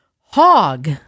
HOG